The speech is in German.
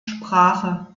sprache